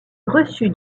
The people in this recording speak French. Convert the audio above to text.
reçu